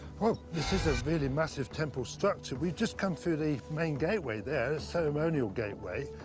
well, this is a really massive temple structure. we've just come through the main gateway there, the ceremonial gateway.